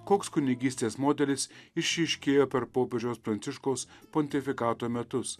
koks kunigystės modelis išryškėjo per popiežiaus pranciškaus pontifikato metus